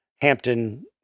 Hampton